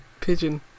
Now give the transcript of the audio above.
pigeon